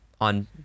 on